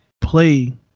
play